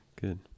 Good